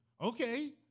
Okay